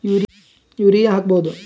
Urea ಹಾಕ್ ಬಹುದ?